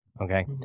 okay